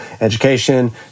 education